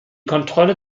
kontrolle